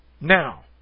Now